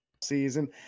season